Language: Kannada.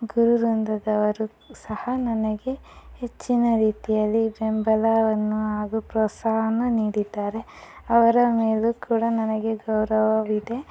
ಗುರುವೃಂದದವರು ಸಹ ನನಗೆ ಹೆಚ್ಚಿನ ರೀತಿಯಲ್ಲಿ ಬೆಂಬಲವನ್ನು ಹಾಗೂ ಪ್ರೋತ್ಸಾಹವನ್ನು ನೀಡಿದ್ದಾರೆ ಅವರ ಮೇಲೂ ಕೂಡ ನನಗೆ ಗೌರವವಿದೆ